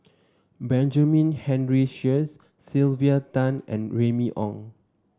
Benjamin Henry Sheares Sylvia Tan and Remy Ong